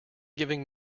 giving